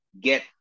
get